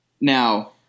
Now